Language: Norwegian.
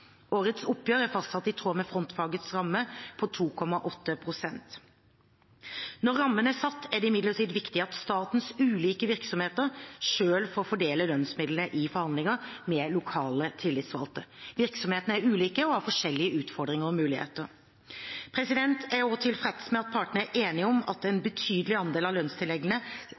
Årets oppgjør er fastsatt i tråd med frontfagets ramme på 2,8 pst. Når rammen er satt, er det imidlertid viktig at statens ulike virksomheter selv får fordele lønnsmidlene i forhandlinger med lokale tillitsvalgte. Virksomhetene er ulike og har forskjellige utfordringer og muligheter. Jeg er også tilfreds med at partene er enige om at en betydelig andel av lønnstilleggene